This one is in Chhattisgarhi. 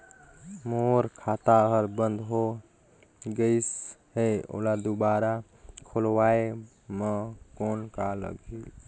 मोर खाता हर बंद हो गाईस है ओला दुबारा खोलवाय म कौन का लगही?